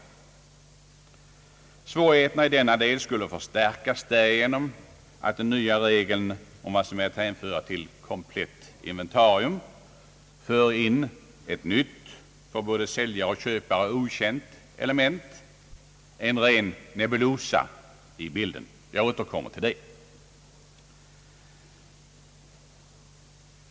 Svårigheterna i denna del skulle förstärkas genom att den nya regeln om vad som är att hänföra till ett komplett inventarium för in ett nytt för både säljare och köpare okänt element — en ren nebulosa — i bilden. Jag återkommer härtill.